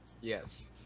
Yes